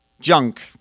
junk